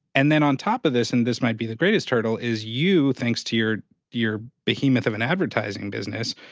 and then on top of this, and this might be the greatest hurdle, is you, thanks to your your behemoth of an advertising business,